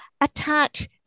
attach